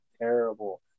terrible